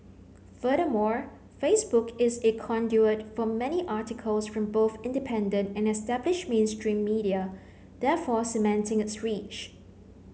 furthermore Facebook is a conduit for many articles from both independent and established mainstream media therefore cementing its reach